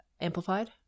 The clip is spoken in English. amplified